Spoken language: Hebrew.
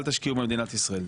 אל תשקיעו במדינת ישראל".